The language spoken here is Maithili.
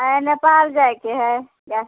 नेपाल जाएके है